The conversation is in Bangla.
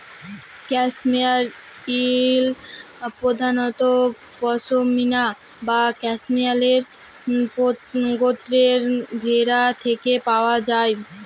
ক্যাশমেয়ার উল প্রধানত পসমিনা বা ক্যাশমেয়ার গোত্রের ভেড়া থেকে পাওয়া যায়